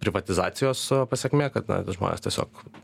privatizacijos pasekmė kad na žmonės tiesiog